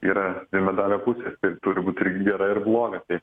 yra dvi medalio pusės ir turi būti ir gera ir bloga tai